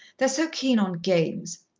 they're so keen on games.